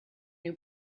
new